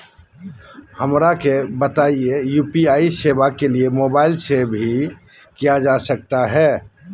हमरा के बताइए यू.पी.आई सेवा के लिए मोबाइल से भी किया जा सकता है?